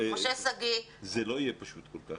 משה שגיא זה לא יהיה פשוט כל כך.